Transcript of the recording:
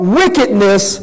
wickedness